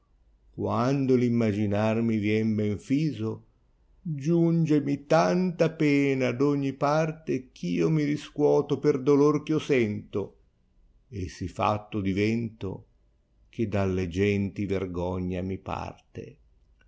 quando v immaginar mi vien ben filo giangemi tanta pena d ogni parte gh io mi riscuoto per dolor ch io sento s si fatto divento che dalle genti vergogna mi parte